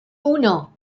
uno